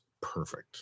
perfect